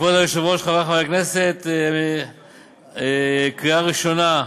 כבוד היושב-ראש, חברי חברי הכנסת, קריאה ראשונה.